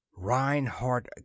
Reinhardt